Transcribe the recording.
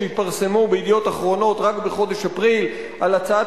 שהתפרסמו ב"ידיעות אחרונות" רק בחודש אפריל על הצעת